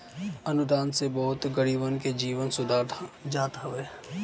अनुदान से बहुते गरीबन के जीवन सुधार जात हवे